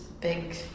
big